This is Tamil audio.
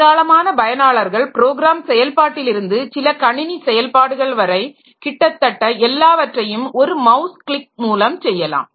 ஏராளமான பயனாளர்கள் ப்ரோக்ராம் செயல்பாட்டிலிருந்து சில கணினி செயல்பாடுகள் வரை கிட்டத்தட்ட எல்லாவற்றையும் ஒரு மவுஸ் கிளிக் மூலம் செய்யலாம்